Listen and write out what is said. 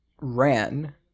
ran